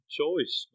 choice